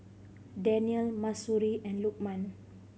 Danial Mahsuri and Lokman